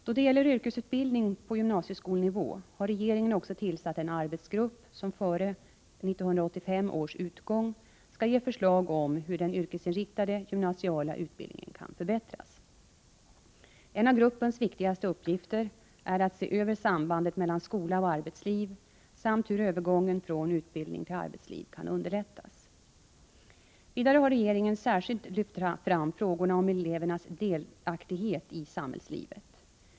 Då det gäller yrkesutbildning på gymnasieskolenivå har regeringen också tillsatt en arbetsgrupp som före 1985 års utgång skall ge förslag om hur den yrkesinriktade gymnasiala utbildningen kan förbättras. En av gruppens viktigaste uppgifter är att se över sambandet mellan skola och arbetsliv samt hur övergången från utbildning till arbetsliv kan underlättas. Vidare har regeringen särskilt lyft fram frågorna om elevernas delaktighet i samhällslivet.